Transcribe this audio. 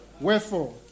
Wherefore